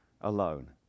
alone